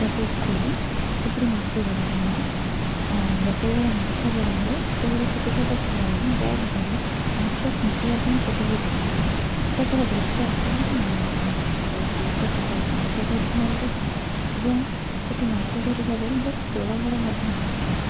ତାକୁ ଖୋଲି ସେଥିରେ ମାଛ ଧରିଥାନ୍ତି ଆଉ ଯେତେବେଳେ ମାଛ ଧରାହୁଏ ସେତେବେଳେ ଛୋଟ ଛୋଟ ପିଲାମାନେ ବ୍ୟାଗ୍ ଧରି ମାଛ ଖୁଣ୍ଟିଆ ପାଇଁ ସେଠିକି ଯାଆନ୍ତି ସେଠିକାର ଦୃଶ୍ୟ ଅତ୍ୟନ୍ତ ମନୋରମ ହୋଇଥାଏ ବହୁତ ଲୋକ ସେଠାରେ ମାଛ ଧରୁଥାନ୍ତି ଏବଂ ସେଇଠି ମାଛ ଧରିଲା ବେଳେ ବହୁତ କୋଳାହଳ ମଧ୍ୟ ହୋଇଥାଏ